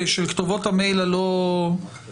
של כתובות המייל הלא מעודכנות,